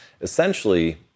Essentially